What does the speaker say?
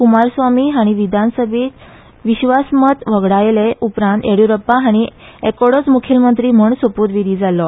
कूमारस्वामी हाणी विधानसभेत विश्वासमत व्हगडायले उपरांत येडियुरप्पा हांचो एकोडोच म्खेलमंत्री म्हण सोप्तविधी जाल्लो